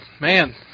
Man